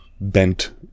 bent